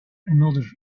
another